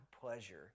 pleasure